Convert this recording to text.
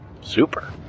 Super